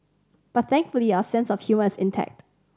but thankfully our sense of humour is intact